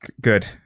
Good